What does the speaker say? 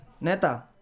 Neta